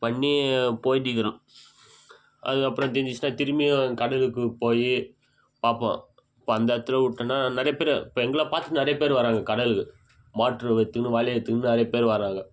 பண்ணி போயிட்டிக்கிறோம் அதுக்கப்புறம் தீர்ந்துருச்சுன்னா திரும்பியும் கடலுக்கு போய் பார்ப்போம் இப்போ அந்த இடத்துல விட்டோன்னா நிறையா பேர் இப்போ எங்களை பார்த்து நிறையா பேர் வராங்க கடலுக்கு மோட்ரு எடுத்துக்குன்னு வலையை எடுத்துக்குன்னு நிறைய பேர் வராங்க